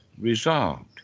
resolved